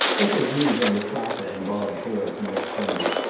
get her views on the flapper and bobbed hair, for next sunday.